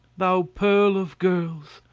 thou pearl of girls!